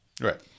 Right